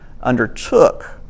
undertook